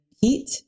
heat